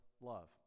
love